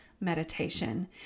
meditation